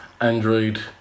Android